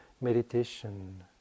meditation